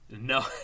No